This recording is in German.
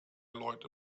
leute